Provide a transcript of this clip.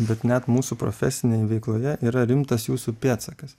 bet net mūsų profesinėj veikloje yra rimtas jūsų pėdsakas